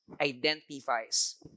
identifies